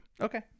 Okay